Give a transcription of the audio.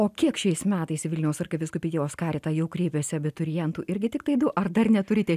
o kiek šiais metais į vilniaus arkivyskupijos karitą jau kreipėsi abiturientų irgi tiktai du ar dar neturite